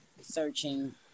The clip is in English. searching